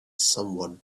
someone